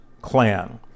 clan